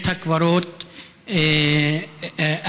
בית הקברות אל-איסעאף,